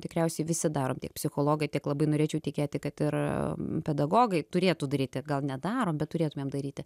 tikriausiai visi darom tiek psichologai tiek labai norėčiau tikėti kad ir pedagogai turėtų daryti gal nedaro bet turėtumėm daryti